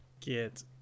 Get